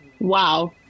wow